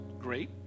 great